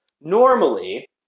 Normally